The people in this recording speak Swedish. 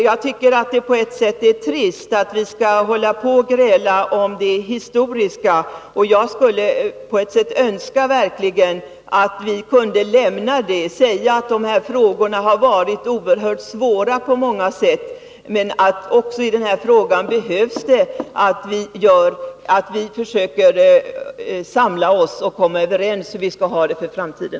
Jag tycker på ett sätt att det är trist att vi skall hålla på att gräla om det historiska. Jag skulle verkligen önska att vi kunde lämna det och säga att dessa frågor har varit oerhört svåra på många sätt, men att vi nu behöver samla oss och komma överens om hur vi skall ha det i framtiden.